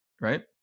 right